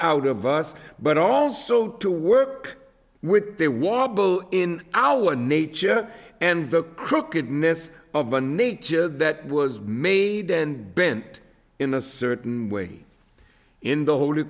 out of us but also to work with a wobble in our nature and the crookedness of a nature that was made and bent in a certain way in the whole